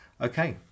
Okay